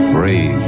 Brave